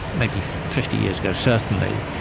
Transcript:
maybe fifty years ago, certainly,